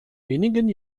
wenigen